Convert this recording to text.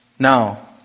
Now